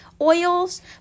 oils